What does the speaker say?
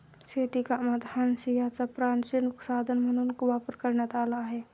शेतीकामात हांशियाचा प्राचीन साधन म्हणून वापर करण्यात आला आहे